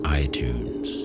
iTunes